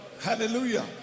Hallelujah